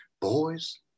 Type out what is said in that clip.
boys